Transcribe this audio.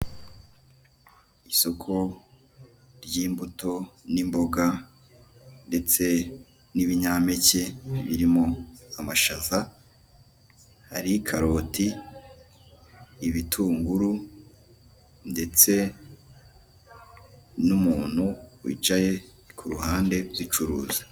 Isoko ry'imbuto n'imboga ndetse n'ibinyampeke birimo amashaza, hari karoti, ibitunguru ndetse n'umuntu wicaye ku ruhande ugicuruzi.